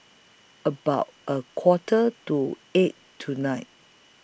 about A Quarter to eight tonight